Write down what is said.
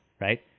right